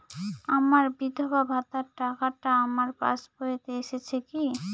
আমার বিধবা ভাতার টাকাটা আমার পাসবইতে এসেছে কি?